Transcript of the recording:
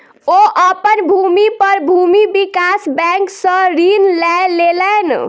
ओ अपन भूमि पर भूमि विकास बैंक सॅ ऋण लय लेलैन